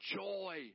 joy